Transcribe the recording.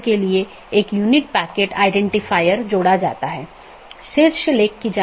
दो त्वरित अवधारणाऐ हैं एक है BGP एकत्रीकरण